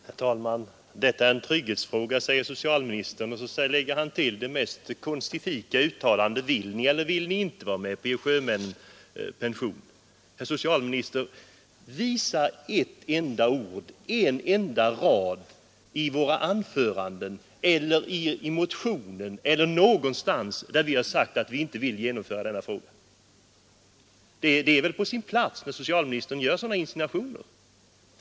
Herr talman! Detta är en trygghetsfråga, säger socialministern, och så lägger han till det mest konstifika uttalande: Vill ni eller vill ni inte vara med och ge sjömännen pension? Herr socialminister! Visa ett enda ord eller en enda rad i våra anföranden, i motionen eller någon annanstans, där vi sagt att vi inte vill genomföra denna reform. Det är på sin plats, när socialministern gör sådana insinuationer.